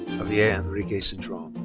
javier enrique cintron.